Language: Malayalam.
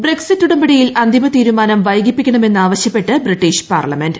ബ്രക്സിറ്റ് ഉടമ്പടിയിൽട്രഅന്തിമ തീരുമാനം വൈകിപ്പിക്കണമെന്ന് പ്രിആ്വശ്യപ്പെട്ട് ബ്രിട്ടീഷ് പാർലമെന്റ്